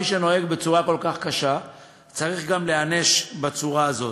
מי שנוהג בצורה כל כך קשה צריך גם להיענש בצורה הזאת.